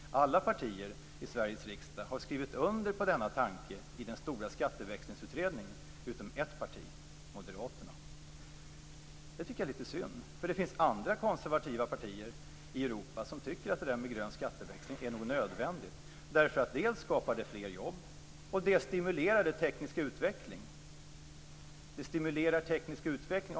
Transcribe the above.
Alla partier i Sveriges riksdag har skrivit under denna tanke i den stora skatteväxlingsutredningen - utom ett, Moderaterna. Det tycker jag är lite synd. Det finns andra konservativa partier i Europa som tycker att grön skatteväxling är nödvändigt. Dels skapar det fler jobb, dels stimulerar det teknisk utveckling.